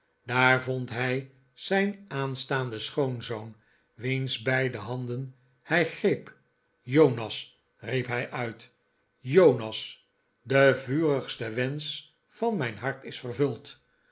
daar vond hij zijn aanstaanden schoonzoon wiens beide handen hij greep jonas riep hij uit jonas de vurigste wensch van mijn hart is vervuld